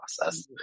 process